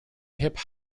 hip